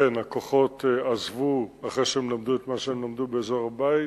הכוחות עזבו אחרי שהם למדו את מה שהם למדו באזור הבית,